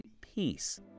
peace